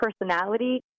personality